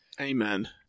Amen